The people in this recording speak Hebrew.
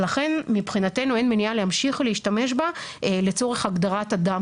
לכן מבחינתנו אין מניעה להמשיך ולהשתמש בה לצורך הגדרת אדם